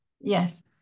Yes